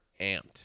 amped